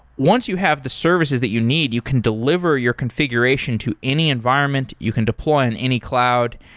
once you have the services that you need, you can delivery your configuration to any environment, you can deploy on any cloud,